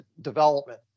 development